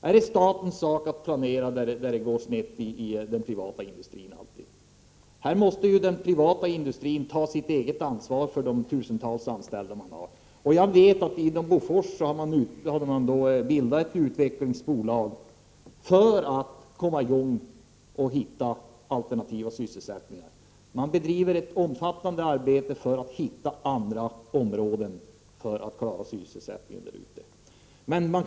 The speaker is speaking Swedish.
Är det alltid statens sak att planera där det går snett i den privata industrin? Här måste den privata industrin ta sitt eget ansvar för de tusentals anställda. Jag vet att man inom Bofors har bildat ett utvecklingsbolag för att komma i gång och hitta alternativa sysselsättningar. Man bedriver ett omfattande arbete för att hitta andra områden att klara sysselsättningen med.